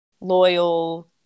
loyal